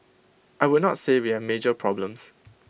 I would not say we have major problems